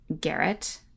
Garrett